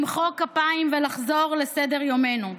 למחוא כפיים ולחזור לסדר-יומנו.